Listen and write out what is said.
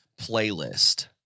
playlist